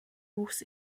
wuchs